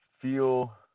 feel